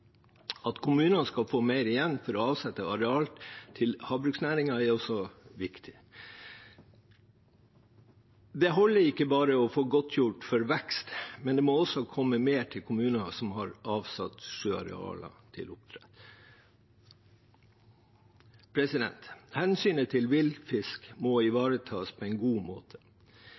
At kommunene skal få mer igjen for å avsette arealer til havbruksnæringen, er også viktig. Det holder ikke bare å få godtgjort for vekst, men det må også komme mer til kommuner som har avsatt sjøarealer til oppdrett. Hensynet til villfisk må ivaretas på en god måte.